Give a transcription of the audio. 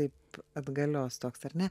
kaip atgalios toks ar ne